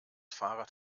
fahrrad